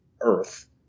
earth